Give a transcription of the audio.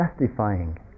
justifying